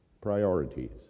priorities